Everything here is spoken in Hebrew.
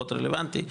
פחות רלוונטי,